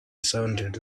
sounded